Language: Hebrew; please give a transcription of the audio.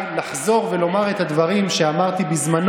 בטח, בטח, הם פוסלים חוקי-יסוד.